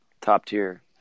top-tier